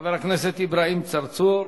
חבר הכנסת אברהים צרצור,